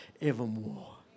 evermore